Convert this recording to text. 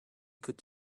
could